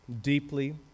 deeply